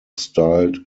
styled